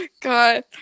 god